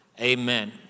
amen